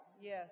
Yes